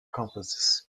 campuses